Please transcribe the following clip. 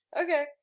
Okay